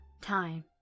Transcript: time